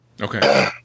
Okay